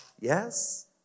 yes